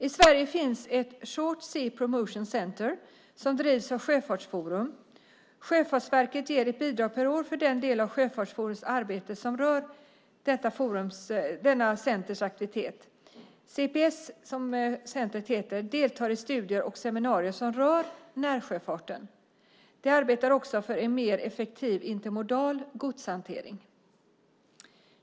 I Sverige finns ett Shortsea Promotion Center, SPC, som drivs av Sjöfartsforum. Sjöfartsverket ger ett bidrag per år för den del av Sjöfartsforums arbete som rör SPC:s aktiviteter. SPC deltar i studier och seminarier som rör närsjöfarten. De arbetar också för en mer effektiv intermodal godshantering.